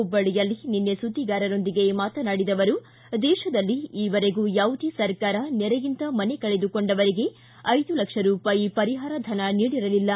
ಹುಬ್ಲಳ್ಳಿಯಲ್ಲಿ ನಿನ್ನೆ ಸುದ್ದಿಗಾರರೊಂದಿಗೆ ಮಾತನಾಡಿದ ಅವರು ದೇಶದಲ್ಲಿ ಈವರೆಗೂ ಯಾವುದೇ ಸರ್ಕಾರ ನೆರೆಯಿಂದ ಮನೆ ಕಳೆದುಕೊಂಡವರಿಗೆ ಐದು ಲಕ್ಷ ರೂಪಾಯಿ ಪರಿಷಾರ ಧನ ನೀಡಿರಲಿಲ್ಲ